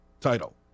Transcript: title